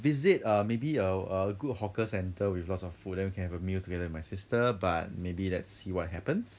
visit err maybe err a good hawker centre with lots of food then can have a meal together with my sister but maybe let's see what happens